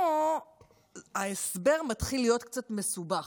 פה ההסבר מתחיל להיות קצת מסובך.